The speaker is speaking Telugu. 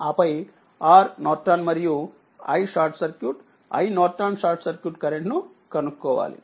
ఆపై RNమరియు iSC INషార్ట్ సర్క్యూట్ కరెంట్నుకనుక్కోవాలి